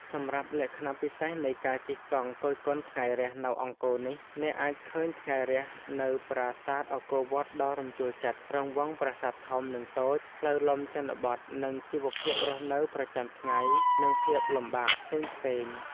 សម្រាប់លក្ខណៈពិសេសនៃការជិះកង់គយគន់ថ្ងៃរះនៅអង្គរនេះ អ្នកអាចឃើញ ថ្ងៃរះនៅប្រាសាទអង្គរវត្តដ៏រំជួលចិត្ត រង្វង់ប្រាសាទធំ និងតូច ផ្លូវលំជនបទនិងជីវភាពរស់នៅប្រចាំថ្ងៃ និងភាពលំបាកផ្សេងៗ។